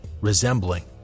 resembling